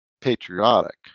patriotic